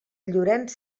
llorenç